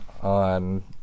on